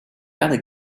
other